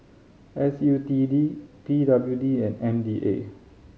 S U T D P W D and M D A